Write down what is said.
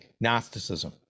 Gnosticism